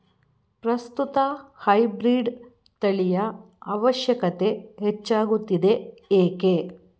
ಪ್ರಸ್ತುತ ಹೈಬ್ರೀಡ್ ತಳಿಯ ಅವಶ್ಯಕತೆ ಹೆಚ್ಚಾಗುತ್ತಿದೆ ಏಕೆ?